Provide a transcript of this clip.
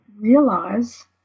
realize